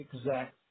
exact